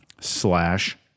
slash